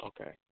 Okay